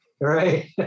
right